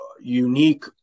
unique